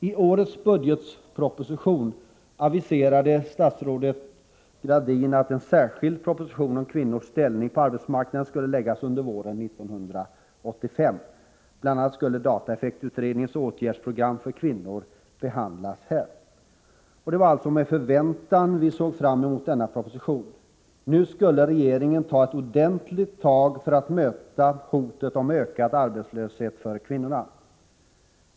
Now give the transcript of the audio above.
I årets budgetproposition aviserade statsrådet Gradin att en särskild proposition om kvinnors ställning på arbetsmarknaden skulle läggas fram under våren 1985. Bl. a. skulle dataeffektutredningens åtgärdsprogram för kvinnor behandlas där. Det var med förväntan vi såg fram emot denna proposition. Nu skulle alltså regeringen ta ett ordentligt tag för att möta hotet om ökad arbetslöshet för kvinnorna.